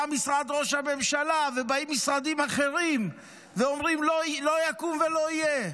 בא משרד ראש הממשלה ובאים משרדים אחרים ואומרים: לא יקום ולא יהיה,